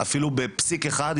אפילו בפסיק אחד,